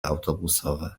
autobusowe